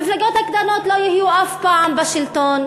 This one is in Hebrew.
המפלגות הקטנות לא יהיו אף פעם בשלטון.